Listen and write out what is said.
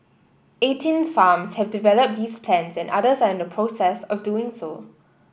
eighteen farms have developed these plans and others are in the process of doing so